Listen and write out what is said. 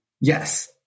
Yes